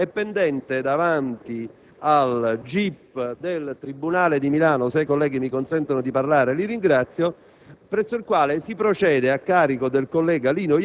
iscritto presso quella sede giudiziaria e pendente davanti al GIP di quel tribunale. *(Brusìo).* Se i colleghi mi consentono di parlare, li ringrazio.